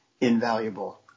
invaluable